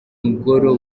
ngoro